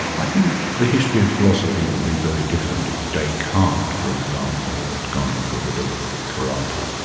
i think the history of philosophy would be very different if descartes, for example, had gone in for a bit of karate.